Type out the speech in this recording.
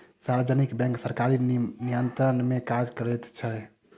सार्वजनिक बैंक सरकारी नियंत्रण मे काज करैत छै